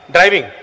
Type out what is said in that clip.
Driving